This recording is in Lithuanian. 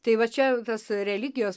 tai va čia tas religijos